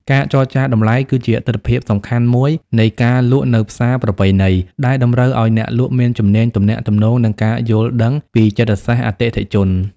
ការចរចាតម្លៃគឺជាទិដ្ឋភាពសំខាន់មួយនៃការលក់នៅផ្សារប្រពៃណី ដែលតម្រូវឱ្យអ្នកលក់មានជំនាញទំនាក់ទំនង និងការយល់ដឹងពីចិត្តសាស្ត្រអតិថិជន។